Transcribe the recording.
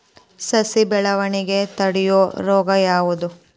ಸಸಿ ಬೆಳವಣಿಗೆ ತಡೆಯೋ ರೋಗ ಯಾವುದು?